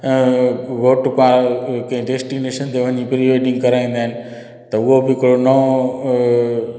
घोट कुंवारि कंहिं डेस्टिनेशन ते वञी प्रीवेडिंग कराईंदा आहिनि त उहो बि हिकिड़ो नओं